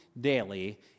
daily